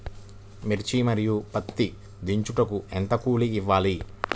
మిర్చి మరియు పత్తి దించుటకు ఎంత కూలి ఇవ్వాలి?